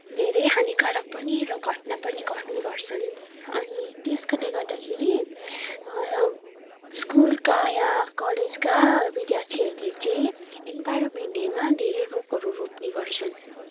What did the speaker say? धेरै हानिकारक पनि र घटना पनि घट्ने गर्छन् अनि त्यसकारणले गर्दाखेरि स्कुलका या कलेजका विद्यार्थीहरले चाहिँ इन्भाइरोमेन्ट डेमा धेरै रूखहरू रोप्ने गर्छन्